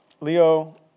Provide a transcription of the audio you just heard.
Leo